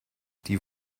die